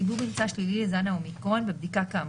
קיבלו ממצא שלילי לזן ה-אומיקרון בבדיקה כאמור,